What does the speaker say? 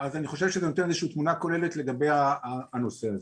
אז אני חושב שזה נותן איזו שהיא תמונה כוללת לגבי הנושא הזה.